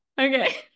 Okay